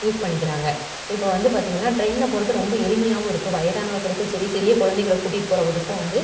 use பண்ணிக்கிறாங்க இப்போது வந்து பார்த்திங்கனா ட்ரெயினில் போகிறது ரொம்ப எளிமையாகவும் இருக்குது வயதானவர்களுக்கும் சரி சிறிய குழந்தைங்கள கூட்டிகிட்டு போகிறவ இதுக்கும் வந்து